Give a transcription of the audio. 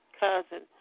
cousin